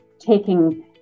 taking